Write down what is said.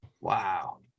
wow